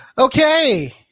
Okay